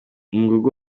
umugogo